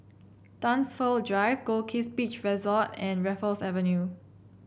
Dunsfold Drive Goldkist Beach Resort and Raffles Avenue